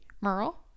merle